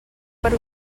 per